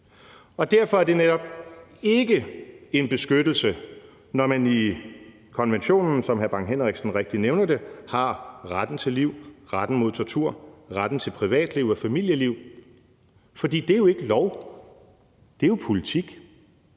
Derfor er det netop ikke en beskyttelse, når man i konventionen, som hr. Preben Bang Henriksen rigtigt nævner det, har retten til liv, forbud mod tortur, retten til privatliv og familieliv, for det er jo ikke lov; det er jo politik.